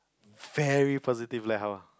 very positive like how